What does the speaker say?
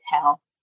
tell